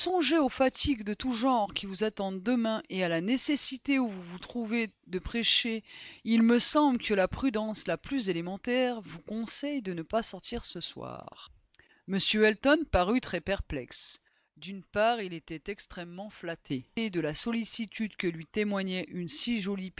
aux fatigues de tous genres qui vous attendent demain et à la nécessité où vous vous trouverez de prêcher il me semble que la prudence la plus élémentaire vous conseille de ne pas sortir ce soir m elton parut très perplexe d'une part il était extrêmement flatté de la sollicitude que lui témoignait une si jolie